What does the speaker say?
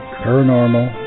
paranormal